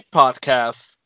podcast